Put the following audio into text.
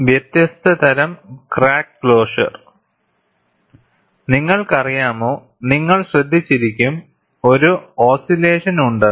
വ്യത്യസ്ത തരം crack closure നിങ്ങൾക്കറിയാമോ നിങ്ങൾ ശ്രദ്ധിച്ചിരിക്കും ഒരു ഓസിലെഷൻ ഉണ്ടെന്ന്